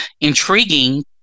intriguing